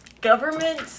government